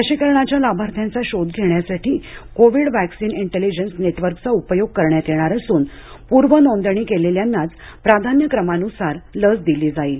लसीकरणाच्या लाभार्थ्यांचा शोध घेण्यासाठी कोविड वॅकसिन इंटेलीजंस नेटवर्क चा उपयोग करण्यात येणार असून पूर्व नोंदणी केलेल्यांनाच प्राधान्य क्रमानुसार लस दिली जाईल